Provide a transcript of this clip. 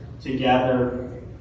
together